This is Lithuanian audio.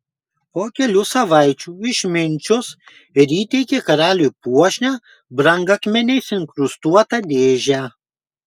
po kelių savaičių išminčius ir įteikė karaliui puošnią brangakmeniais inkrustuotą dėžę